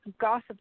gossip